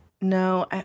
No